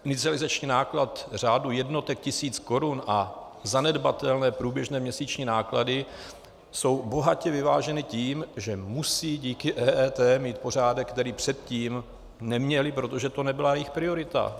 Inicializační náklad v řádu jednotek tisíc korun a zanedbatelné průběžné měsíční náklady jsou bohatě vyváženy tím, že musejí díky EET mít pořádek, který předtím neměli, protože to nebyla jejich priorita.